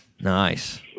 Nice